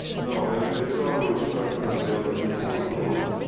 no, it's out of respect for the other people in the room.